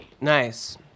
Nice